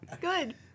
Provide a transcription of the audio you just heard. good